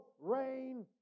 rain